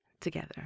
together